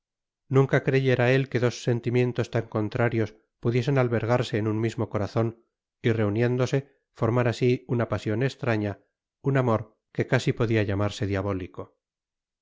nunca creyera él que dos sentimientos tan contrarios pudiesen albergarse en un mismo corazon y reuniéndose formar asi una pasion estraña un amor que casi podia llamarse diabólico